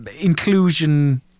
inclusion